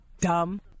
dumb